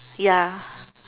ya